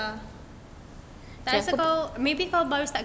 tak rasa kau maybe kau baru start kerja